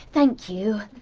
thank you.